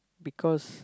because